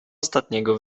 ostatniego